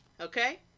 okay